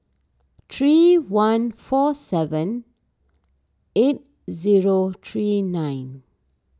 three one four seven eight zero three nine